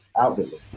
outwardly